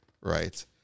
right